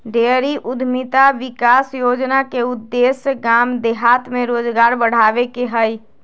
dairy उद्यमिता विकास योजना के उद्देश्य गाम देहात में रोजगार बढ़ाबे के हइ